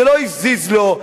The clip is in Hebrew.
זה לא הזיז לו,